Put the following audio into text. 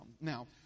Now